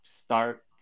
start